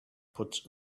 put